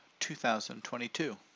2022